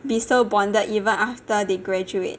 be so bonded even after they graduate